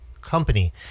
company